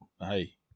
hey